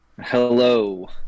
hello